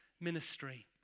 ministry